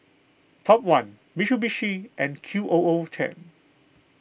Top one Mitsubishi and Q O O ten